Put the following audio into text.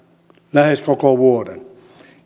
lähes koko vuoden